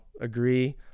agree